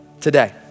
today